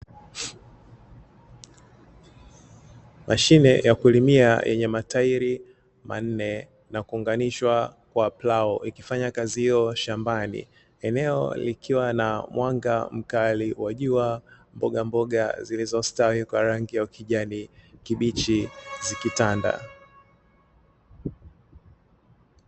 Mashine ya kulimia yenye matairi manne na kuunganishwa kwa plau ikifanya kazi hiyo shambani eneo likiwa na mwanga mkali wa jua, mboga mboga zilizostawi kwa rangi ya kijani kibichi zikitanda.